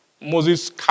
Moses